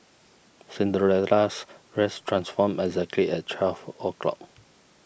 Cinderella's dress transformed exactly at twelve O' clock